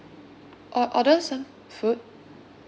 or~ order some food